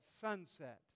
sunset